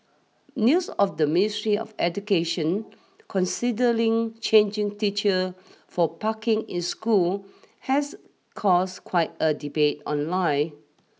news of the ministry of education considering charging teacher for parking in schools has caused quite a debate online